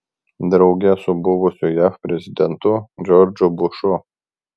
drauge su buvusiu jav prezidentu džordžu bušu